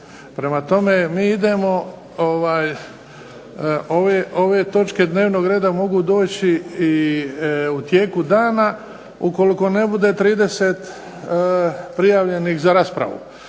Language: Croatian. Prema tome, mi idemo ove točke dnevnog reda mogu doći u tijeku dana ukoliko ne bude 30 prijavljenih za raspravu.